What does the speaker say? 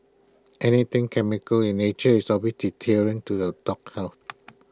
anything chemical in nature is always to the dog health